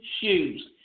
shoes